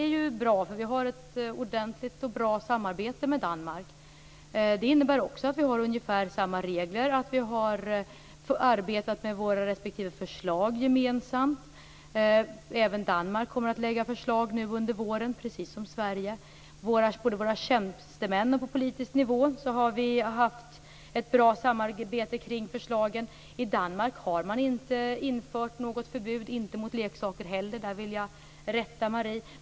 Det är bra, för vi har ett ordentligt och bra samarbete med Danmark. Vi har ungefär samma regler. Vi har arbetat med våra respektive förslag gemensamt. Även i Danmark kommer man att lägga fram ett förslag under våren, precis som Sverige. Tjänstemän på politisk nivå har haft ett bra samarbete kring förslagen. I Danmark har man inte infört något förbud mot leksaker - där vill jag rätta Marie Wilén.